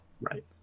right